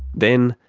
then,